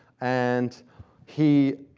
and he,